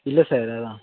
இல்லை சார் அதான்